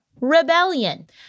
rebellion